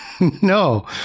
No